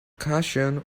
cushion